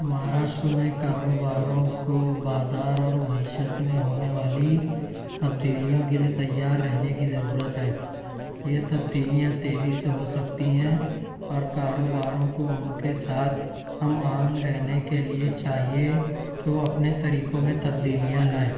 مہاراشٹر میں کاروباروں کو بازار اور معیشت میں ہونے والی تبدیلیوں کے لئے تیار رہنے کی ضرورت ہے یہ تبدیلیاں تیزی سے ہو سکتی ہیں اور کاروباروں کو ان کے ساتھ ہم آہنگ رہنے کے لئے چاہیے کہ وہ اپنے طریقوں میں تبدیلیاں لائیں